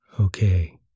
Okay